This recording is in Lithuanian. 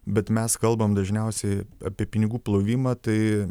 bet mes kalbam dažniausiai apie pinigų plovimą tai